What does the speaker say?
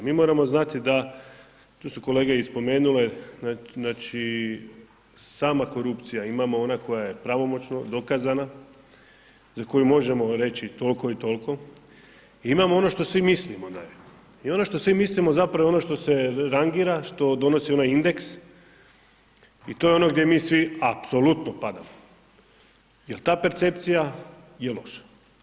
Mi moramo znati da, tu su kolege i spomenule, znači, sama korupcija, imamo ona koja je pravomoćno dokazana, za koju možemo reći toliko i toliko i imamo ono što svi mislimo da je i ono što svi mislimo zapravo je ono što se rangira, što donosi onaj indeks i to je ono gdje mi svi apsolutno padamo, jer ta percepcija je loša.